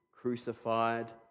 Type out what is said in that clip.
crucified